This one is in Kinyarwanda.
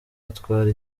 atwara